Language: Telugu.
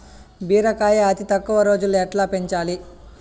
బీరకాయ అతి తక్కువ రోజుల్లో ఎట్లా పెంచాలి?